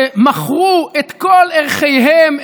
שמכרו את כל ערכיהם,